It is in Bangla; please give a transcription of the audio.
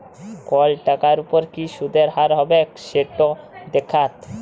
কল টাকার উপর কি সুদের হার হবেক সেট দ্যাখাত